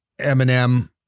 Eminem